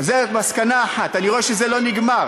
זו רק מסקנה אחת, אני רואה שזה לא נגמר.